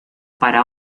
para